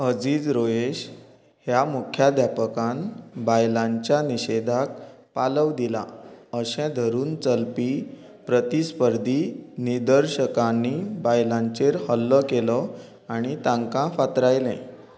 अझीज रोयेश ह्या मुख्याद्यापकान बायलांच्या निशेदाक पालव दिला अशें धरून चलपी प्रतिस्पर्दी निदर्शकांनी बायलांचेर हल्लो केलो आनी तांकां फातरायले